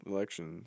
Election